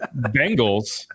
Bengals